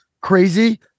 crazy